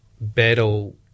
battle